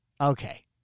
Okay